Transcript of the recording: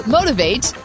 Motivate